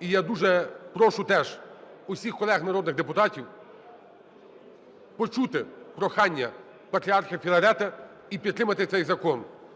І я дуже прошу теж усіх колег народних депутатів почути прохання Патріарха Філарета і підтримати цей закон.